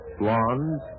blonde